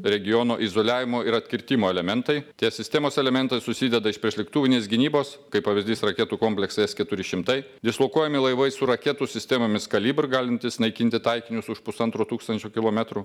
regiono izoliavimo ir atkirtimo elementai tie sistemos elementai susideda iš priešlėktuvinės gynybos kaip pavyzdys raketų kompleksai s keturi šimtai dislokuojami laivai su raketų sistemomis kalibr galintys naikinti taikinius už pusantro tūkstančio kilometrų